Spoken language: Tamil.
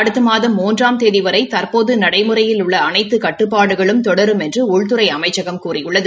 அடுத்த மாதம் மூன்றாம் தேதி வரை தற்போது நடைமுறையில் உள்ள அனைத்து கட்டுப்பாடுகளும் தொடரும் என்று உள்துறை அமைச்சகம் கூறியுள்ளது